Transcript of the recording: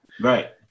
Right